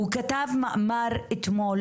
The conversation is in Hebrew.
הוא כתב מאמר אתמול,